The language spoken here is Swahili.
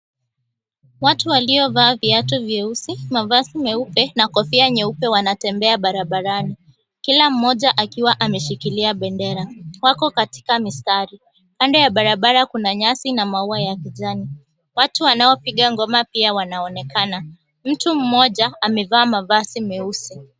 Watu waliovaa viatu vyeusi, mavazi meupe na kofia nyeupe wanatembea barabarani kila mmoja akiwa ameshikilia bendera, wako kwenye mistari. Kando ya barabara kuna nyasi na maua ya kijani, watu wanaopiga ngoma pia wanaonekana. Mtu mmoja amevaa mavazi meusi.